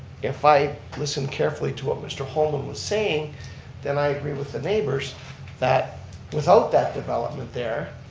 if i listen carefully to what mr. holman was saying then i agree with the neighbors that without that development there,